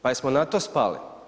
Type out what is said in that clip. Pa jesmo na to spali?